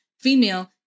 female